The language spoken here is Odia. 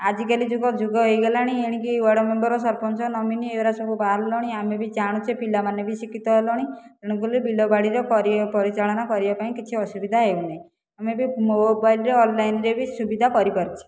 ଆଜିକାଲି ଯୁଗ ଯୁଗ ହୋଇଗଲାଣି ଏଣିକି ୱାର୍ଡମେମ୍ବର ସରପଞ୍ଚ ନୋମିନି ଏଗୁଡ଼ା ସବୁ ବାହରିଲାଣି ଆମେ ବି ଜାଣୁଛେ ପିଲାମାନେ ବି ଶିକ୍ଷିତ ହେଲେଣି ଏଣୁକରି ବିଲବାଡ଼ିରେ ପରିଚାଳନ କରିବାପାଇଁ କିଛି ଅସୁବିଧା ହେଉନି ଆମେ ବି ମୋବାଇଲରେ ଅନଲାଇନରେ ବି ସୁବିଧା କରିପାରୁଛେ